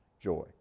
joy